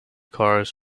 cars